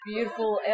Beautiful